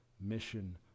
mission